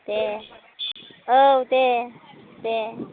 दे औ दे दे